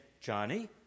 Johnny